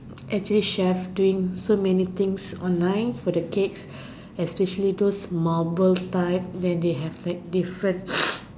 actually chef doing so many things online for the cakes especially those marble type then they have like different